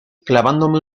clavándome